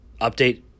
update